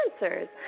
Answers